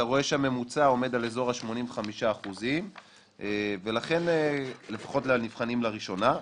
אתה רואה שהממוצע עומד על אזור ה-85% לפחות לנבחנים לראשונה.